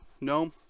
No